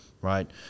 right